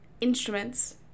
instruments